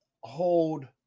hold